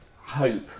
hope